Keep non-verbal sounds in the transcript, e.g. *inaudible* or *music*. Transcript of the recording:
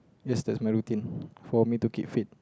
yes this is my routine *breath* for me to keep fit